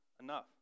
enough